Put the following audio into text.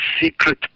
secret